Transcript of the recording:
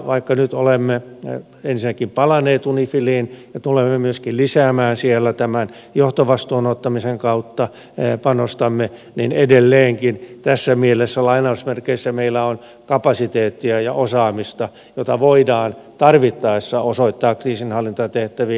vaikka nyt olemme ensinnäkin palanneet unifiliin ja tulemme myöskin lisäämään siellä johtovastuun ottamisen kautta panostamme niin edelleenkin tässä mielessä lainausmerkeissä meillä on kapasiteettia ja osaamista jota voidaan tarvittaessa osoittaa kriisinhallintatehtäviin